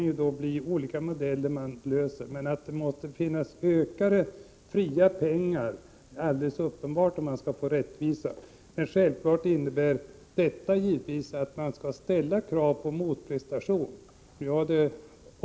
Det kan bli olika modeller till lösningar, men det är alldeles uppenbart att det måste finnas mer fria pengar om vi skall uppnå rättvisa. Självfallet innebär detta att vi skall ställa krav på motprestationer.